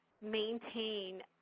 maintain